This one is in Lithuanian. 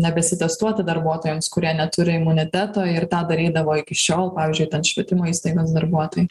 nebesitestuoti darbuotojams kurie neturi imuniteto ir tą darydavo iki šiol pavyzdžiui švietimo įstaigos darbuotojai